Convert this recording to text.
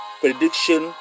prediction